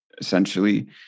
essentially